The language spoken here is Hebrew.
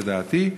לדעתי,